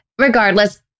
regardless